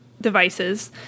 devices